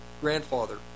grandfather